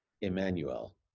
Emmanuel